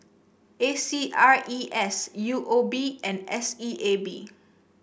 A C R E S U O B and S E A B